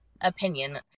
opinion